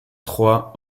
trois